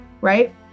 right